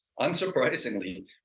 unsurprisingly